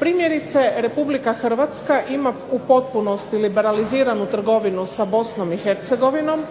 Primjerice, Republika Hrvatska ima u potpunosti liberaliziranu trgovinu sa Bosnom i Hercegovinom,